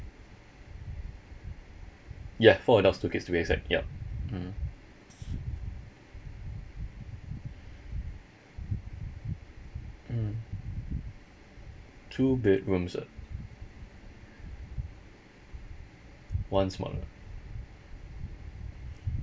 ya four adults two kids to be exact yup mmhmm mm two bedrooms ah one smaller one